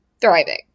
thriving